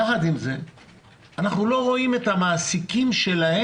יחד עם זה אנחנו לא רואים את המעסיקים שלהם